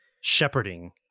shepherding